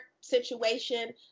situation